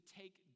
take